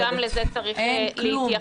-- אז גם לזה צריך להתייחס.